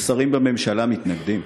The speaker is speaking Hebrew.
ושרים בממשלה מתנגדים,